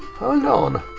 hold on.